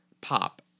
pop